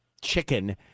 chicken